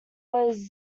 was